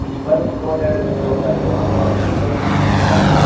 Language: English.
let's go ahead and build that donut chart like i was showing you before.